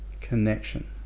connection